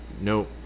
Nope